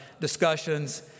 discussions